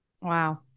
wow